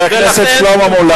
חבר הכנסת שלמה מולה,